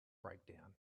breakdown